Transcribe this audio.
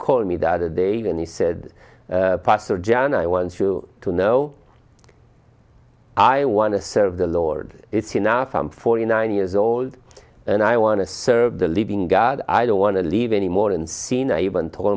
call me the other day and he said pastor john i want you to know i want to serve the lord it's enough i'm forty nine years old and i want to serve the living god i don't want to live anymore and seen i even t